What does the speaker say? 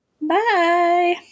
Bye